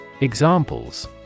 Examples